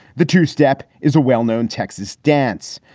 the two step is a well-known texas dance,